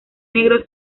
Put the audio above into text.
negro